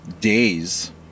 days